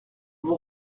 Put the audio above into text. vous